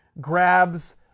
grabs